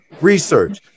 research